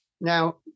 Now